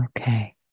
Okay